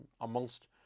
amongst